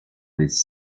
les